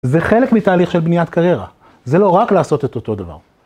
זה חלק מתהליך של בניית קריירה, זה לא רק לעשות את אותו דבר.